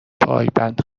پایبند